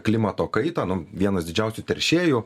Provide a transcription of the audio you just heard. klimato kaitą nu vienas didžiausių teršėjų